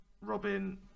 robin